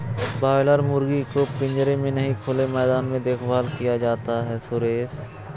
boiler मुर्गी को पिंजरे में नहीं खुले मैदान में देखभाल किया जाता है सुरेश